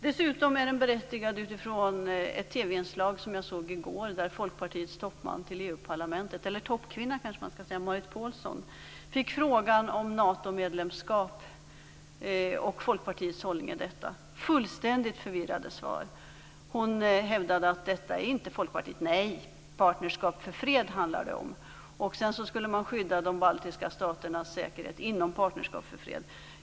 Dessutom är frågan berättigad utifrån ett TV inslag som jag såg i går, där Folkpartiets toppkvinna till Europaparlamentet Marit Paulsen fick frågan om Natomedlemskap och Folkpartiets hållning i detta. Det var fullständigt förvirrade svar. Hon hävdade att detta inte är Folkpartiets mening - nej, Partnerskap för fred handlar det om. Sedan skulle man skydda de baltiska staternas säkerhet inom Partnerskap för fred.